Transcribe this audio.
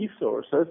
resources